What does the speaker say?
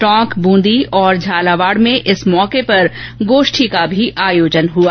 टोंकें बूंदी और झालावाड में इस मौके पर गोष्ठी का भी आयोजन हुआ